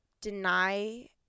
deny